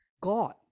God